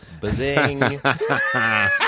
Bazing